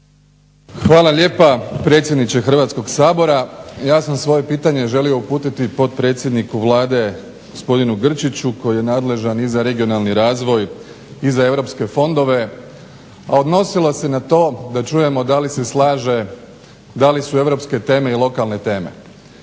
Hvala lijepa predsjedniče Hrvatskog sabora. Ja sam svoje pitanje želio uputiti potpredsjedniku Vlade gospodinu Grčiću koji je nadležan i za regionalni razvoj i za EU fondove, a odnosilo se na to da čujemo da li se slaže da li su europske teme i lokalne teme